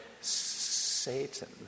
Satan